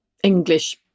English